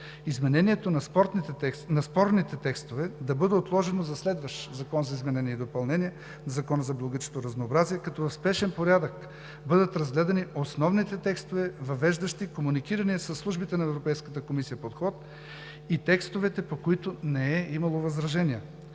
изменението на спорните текстове да бъде отложено за следващ Закон за изменение и допълнение на Закона за биологичното разнообразие, като в спешен порядък бъдат разгледани основните текстове, въвеждащи комуникация със службите на Европейската комисия – подход и текстовете, по които не е имало възражения.